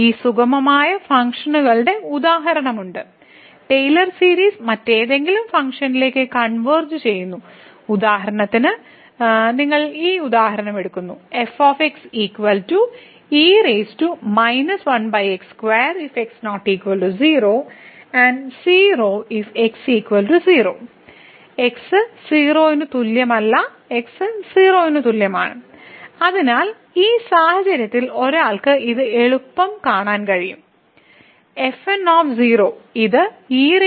ഈ സുഗമമായ ഫംഗ്ഷനുകളുടെ ഉദാഹരണമുണ്ട് ടെയ്ലർ സീരീസ് മറ്റേതെങ്കിലും ഫംഗ്ഷനിലേക്ക് കൺവെർജ് ചെയ്യുന്നു ഉദാഹരണത്തിന് നിങ്ങൾ ഈ ഉദാഹരണം എടുക്കുന്നു x 0 ന് തുല്യമല്ല x 0 ന് തുല്യമാണ് അതിനാൽ ഈ സാഹചര്യത്തിൽ ഒരാൾക്ക് ഇത് എളുപ്പത്തിൽ കാണിക്കാൻ കഴിയും f